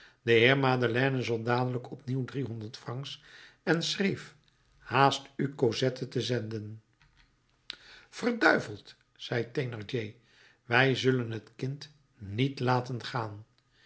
de heer madeleine zond dadelijk opnieuw driehonderd francs en schreef haast u cosette te zenden verduiveld zei thénardier wij zullen het kind niet laten gaan